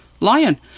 Lion